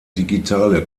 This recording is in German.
digitale